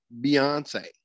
Beyonce